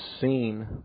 seen